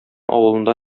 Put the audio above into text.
авылында